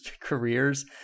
careers